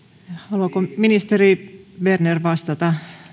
haluaako ministeri berner vastata